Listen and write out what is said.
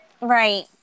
Right